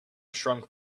shrunk